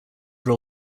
year